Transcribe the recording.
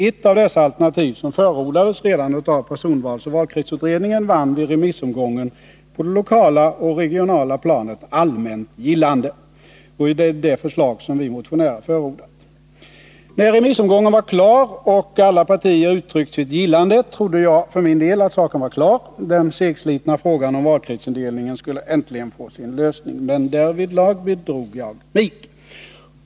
Ett av dessa alternativ, som förordades redan av personvalsoch valkretsutredningen, vann vid remissomgången på det lokala och regionala planet allmänt gillande. Det är samma förslag som vi motionärer förordat. När remissomgången var klar och alla partier uttryckt sitt gillande, trodde jag för min del att saken var klar — den segslitna frågan om valkretsindelningen skulle äntligen få sin lösning. Men därvidlag bedrog jag mig.